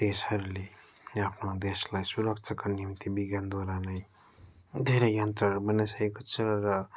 देशहरूले आफ्नो देशलाई सुरक्षाका निम्ति विज्ञानद्वारा नै धेरै यन्त्रहरू बनाइसकेको छ र